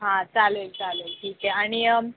हां चालेल चालेल ठीक आहे आणि